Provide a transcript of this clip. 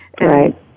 Right